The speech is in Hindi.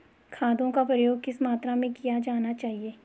खादों का प्रयोग किस मात्रा में किया जाना चाहिए?